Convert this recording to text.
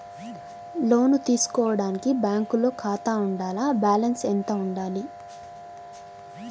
లోను తీసుకోవడానికి బ్యాంకులో ఖాతా ఉండాల? బాలన్స్ ఎంత వుండాలి?